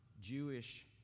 Jewish